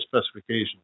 specification